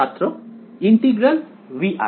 ছাত্র integral V